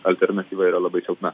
alternatyva yra labai silpna